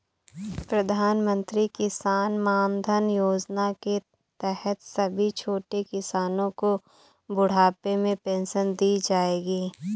प्रधानमंत्री किसान मानधन योजना के तहत सभी छोटे किसानो को बुढ़ापे में पेंशन दी जाएगी